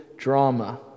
drama